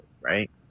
right